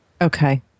Okay